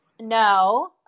No